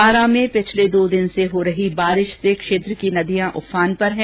बारां में पिछले दो दिन से हो रही बारिश से क्षेत्र के नदियां उफान पर हैं